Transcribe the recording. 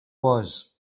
was